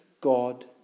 God